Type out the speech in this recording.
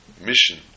mission